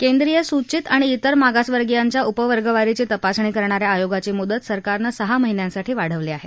केंद्रीय सूचीत तेर मागासवर्गियांच्या उप वर्गवारीची तपासणी करणाऱ्या आयोगाची मुदत सरकारनं सहा महिन्यांसाठी वाढवली आहे